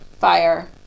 fire